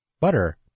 Butter